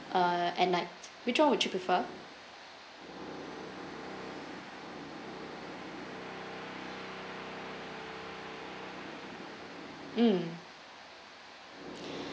uh at night which one would you prefer mm